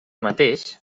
mateix